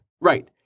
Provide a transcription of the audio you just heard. Right